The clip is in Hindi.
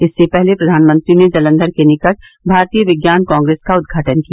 इससे पहले प्रधानमंत्री ने जालंधर के निकट भारतीय विज्ञान कांग्रेस का उद्घाटन किया